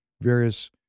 various